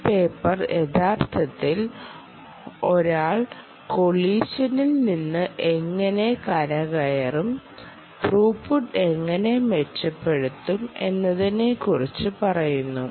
ഈ പേപ്പർ യഥാർത്ഥത്തിൽ ഒരാൾ കൊളിഷനിൽ നിന്ന് എങ്ങനെ കരകയറും ത്രൂപുട്ട് എങ്ങനെ മെച്ചപ്പെടുത്തും എന്നതിനെക്കുറിച്ച് പറയുന്നു